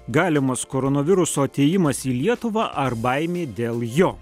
galimas koronaviruso atėjimas į lietuvą ar baimė dėl jo